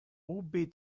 ubi